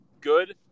good